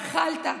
אכלת,